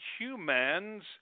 humans